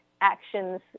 actions